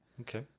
Okay